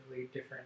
different